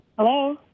Hello